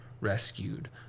rescued